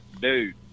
dude